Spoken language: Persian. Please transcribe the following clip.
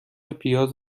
پیاز